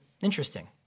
Interesting